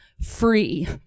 Free